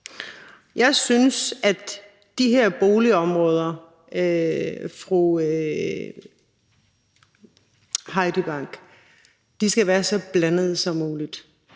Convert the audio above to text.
Jeg synes, at de her boligområder, fru Heidi Bank, skal være så blandede som muligt.